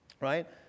right